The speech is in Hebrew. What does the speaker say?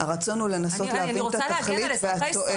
הרצון הוא לנסות להבין את התכלית והתועלת.